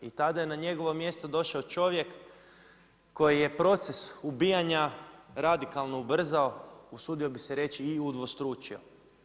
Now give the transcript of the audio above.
I tada je na njegovo mjesto došao čovjek koji je proces ubijanja, radikalno ubrzao usudio bi se reći i udvostručio.